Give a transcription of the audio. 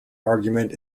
argument